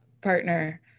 partner